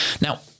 Now